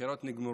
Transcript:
הבחירות נגמרו,